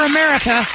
America